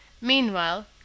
meanwhile